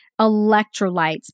Electrolytes